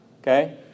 Okay